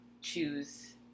choose